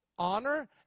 Honor